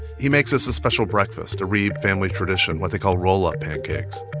he makes us a special breakfast, a reeb family tradition, what they call roll-up pancakes.